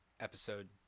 episode